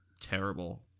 terrible